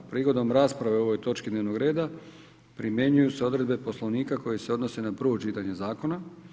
Prigodom rasprave o ovoj točki dnevno reda primjenjuju se odredbe Poslovnika koje se odnose na prvo čitanje zakona.